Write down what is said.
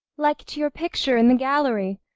like to your picture in the gallery,